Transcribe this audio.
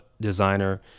designer